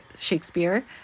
Shakespeare